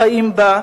חיים בה,